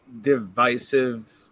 Divisive